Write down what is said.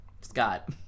Scott